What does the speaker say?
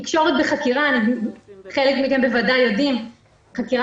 תקשורת בחקירה חלק מכם בוודאי יודעים שחקירה